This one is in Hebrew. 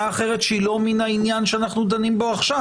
אחרת שהיא לא מן העניין שאנחנו דנים בו עכשיו.